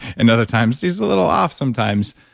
and other times, she's a little off sometimes.